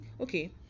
okay